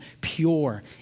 pure